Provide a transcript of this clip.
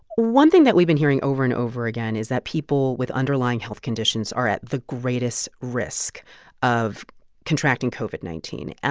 one thing that we've been hearing over and over again is that people with underlying health conditions are at the greatest risk of contracting covid nineteen.